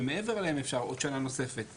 ומעבר להם אפשר עוד שנה נוספת.